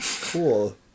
Cool